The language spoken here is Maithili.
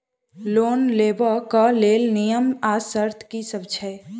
लोन लेबऽ कऽ लेल नियम आ शर्त की सब छई?